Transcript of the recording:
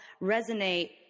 resonate